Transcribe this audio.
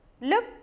Look